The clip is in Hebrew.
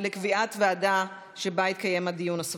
לקביעת הוועדה שבה יתקיים הדיון הסופי.